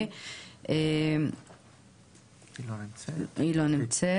היא לא נמצאת?